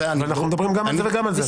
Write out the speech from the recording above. אנחנו מדברים גם על זה וגם על זה.